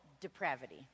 depravity